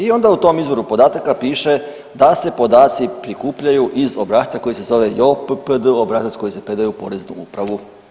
I onda u tom izvoru podataka piše da se podaci prikupljaju iz obrasca koji se JOPPD obrazac koji se predaje u Poreznu upravu.